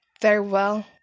Farewell